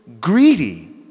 greedy